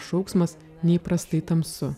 šauksmas neįprastai tamsu